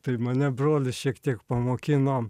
tai mane brolis šiek tiek pamokino